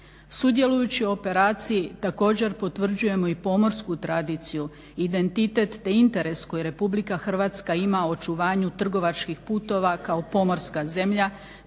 Sudjelujući u operaciji također potvrđujemo i pomorsku tradiciju, identitet, te interes koji RH ima u očuvanju trgovačkih putova kao pomorska zemlja,